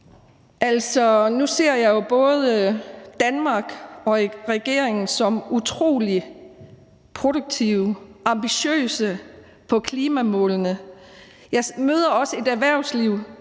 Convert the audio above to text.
nu ser jeg jo både Danmark og regeringen som utrolig produktive og ambitiøse på klimamålene. Jeg møder også et erhvervsliv,